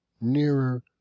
nearer